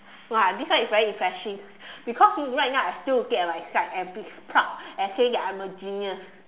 !wow! this one is very impressive because right now I still looking at my slide and be proud and say that I'm a genius